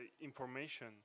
information